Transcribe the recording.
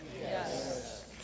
Yes